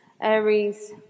Aries